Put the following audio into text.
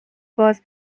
باز